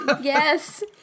yes